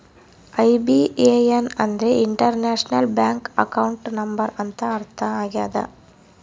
IBAN ಅಂದ್ರೆ international bank account number ಅಂತ ಅರ್ಥ ಆಗ್ಯದ